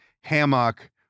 hammock